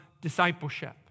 discipleship